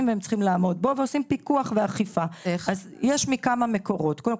עושים הפקחים, אז אמרתי בין היתר מה